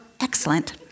excellent